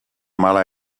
mala